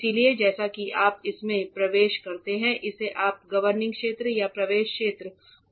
इसलिए जैसे ही आप इसमें प्रवेश करते हैं इसे आप गवर्निंग क्षेत्र या प्रवेश क्षेत्र को क्लीनरूम कहते हैं